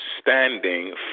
Standing